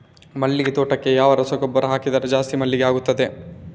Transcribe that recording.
ಮಲ್ಲಿಗೆ ತೋಟಕ್ಕೆ ಯಾವ ರಸಗೊಬ್ಬರ ಹಾಕಿದರೆ ಜಾಸ್ತಿ ಮಲ್ಲಿಗೆ ಆಗುತ್ತದೆ?